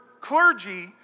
clergy